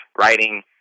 writing